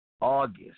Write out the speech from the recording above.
August